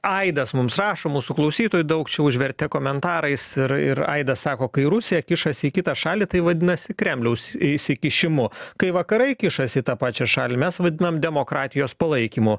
aidas mums rašo mūsų klausytojų daug čia užvertė komentarais ir ir aidas sako kai rusija kišasi į kitą šalį tai vadinasi kremliaus įsikišimu kai vakarai kišasi į tą pačią šalį mes vadinam demokratijos palaikymu